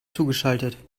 zugeschaltet